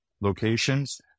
locations